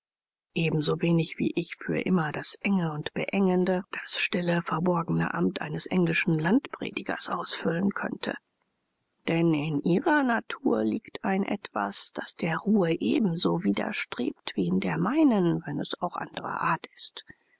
ebensowenig wie ich für immer das enge und beengende das stille verborgene amt eines englischen landpredigers ausfüllen könnte denn in ihrer natur liegt ein etwas das der ruhe ebenso widerstrebt wie in der meinen wenn es auch anderer art ist